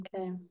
Okay